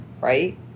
right